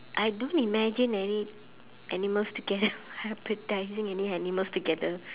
I don't imagine any animals together hybridizing any animals together